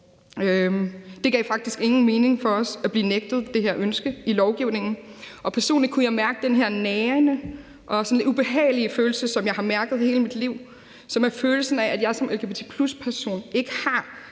Det gav faktisk ingen mening for os at blive nægtet det ønske i lovgivningen, og personligt kunne jeg mærke den her nagende og sådan lidt ubehagelige følelse, som jeg har mærket hele mit liv, og som er følelsen af, at jeg som lgbt+-person ikke har